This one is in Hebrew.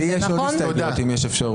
לי יש עוד הסתייגויות אם יש אפשרות.